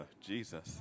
Jesus